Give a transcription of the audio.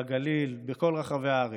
בגליל, בכל רחבי הארץ.